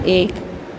एक